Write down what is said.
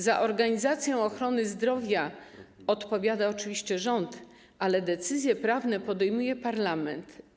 Za organizację ochrony zdrowia odpowiada oczywiście rząd, ale decyzje prawne podejmuje parlament.